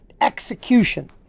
execution